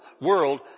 world